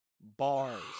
Bars